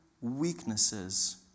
weaknesses